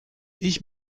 ich